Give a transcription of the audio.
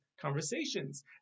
conversations